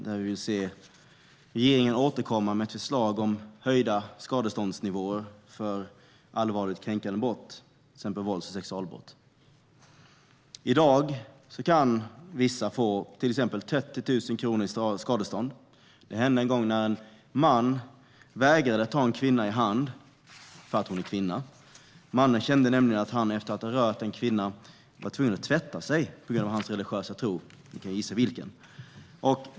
Där vill vi se regeringen återkomma med ett förslag om höjda skadeståndsnivåer för allvarligt kränkande brott, till exempel vålds och sexualbrott. I dag kan vissa få till exempel 30 000 kronor i skadestånd. Det hände en gång när en man vägrade att ta en kvinna i hand för att hon var kvinna. Mannen kände nämligen att han efter att ha rört en kvinna var tvungen att tvätta sig på grund av sin religiösa tro. Ni kan gissa vilken.